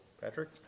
Patrick